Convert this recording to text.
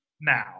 Now